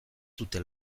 dute